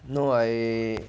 no I